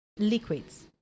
Liquids